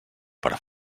per